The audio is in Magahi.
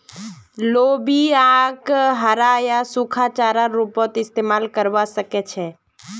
लोबियाक हरा या सूखा चारार रूपत इस्तमाल करवा सके छे